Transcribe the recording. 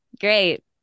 great